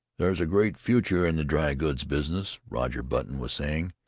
there's a great future in the dry-goods business, roger button was saying.